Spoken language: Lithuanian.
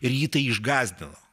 ir jį tai išgąsdino